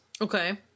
Okay